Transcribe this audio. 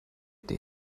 der